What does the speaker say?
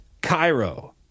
Cairo